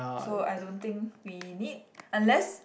so I don't think we need unless